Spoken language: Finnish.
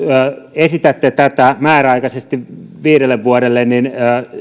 esitätte tätä määräaikaisesti viidelle vuodelle niin